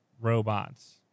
robots